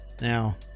now